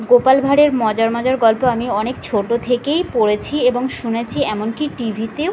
গোপাল ভাঁড়ের মজার মজার গল্প আমি অনেক ছোটো থেকেই পড়েছি এবং শুনেছি এমনকি টিভিতেও